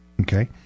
Okay